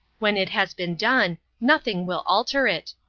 when it has been done, nothing will alter it.